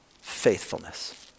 faithfulness